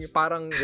parang